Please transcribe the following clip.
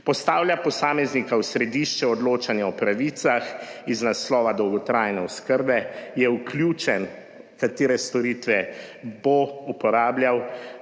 postavlja posameznika v središče odločanja o pravicah iz naslova dolgotrajne oskrbe, je vključen, katere storitve bo uporabljal,